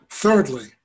Thirdly